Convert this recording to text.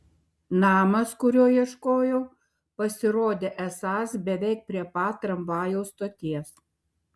namas kurio ieškojau pasirodė esąs beveik prie pat tramvajaus stoties